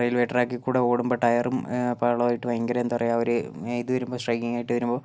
railway ട്രാക്കിൽ കൂടെ ഓടുമ്പോൾ ടയറും പാളവുമായിയിട്ട് ഭയങ്കര എന്താ പറയുക ഒരു ഇത് വരുമ്പോൾ സ്ട്രൈക്കിങ്ങ് ആയിട്ട് വരുമ്പോൾ